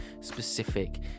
specific